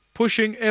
pushing